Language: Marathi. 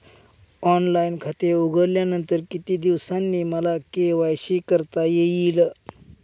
ऑनलाईन खाते उघडल्यानंतर किती दिवसांनी मला के.वाय.सी करता येईल?